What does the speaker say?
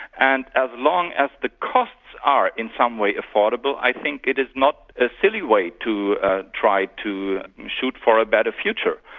and as long as the costs are in some way affordable i think it is not a silly way to ah try to shoot for a better future.